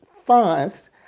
funds